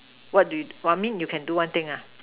what do you !wah! I mean you can do one thing ah